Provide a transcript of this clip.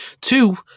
Two